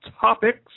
topics